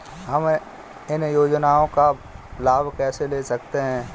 हम इन योजनाओं का लाभ कैसे ले सकते हैं?